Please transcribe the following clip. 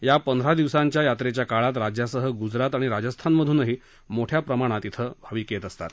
या पप्ती दिवसाच्चा यात्रेच्या काळात राज्यासह गुजरात आणि राजस्थानमधूनही मोठ्या प्रमाणात भाविक येतात